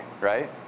right